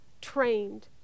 trained